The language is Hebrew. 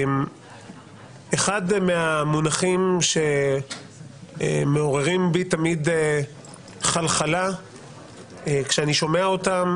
אחד מהמונחים שמעוררים בי תמיד חלחלה כשאני שומע אותם